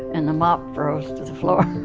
and the mop froze to the floor.